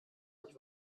nicht